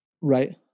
right